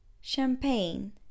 Champagne